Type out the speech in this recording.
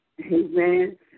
Amen